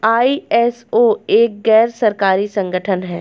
ISO एक गैर सरकारी संगठन है